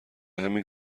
همین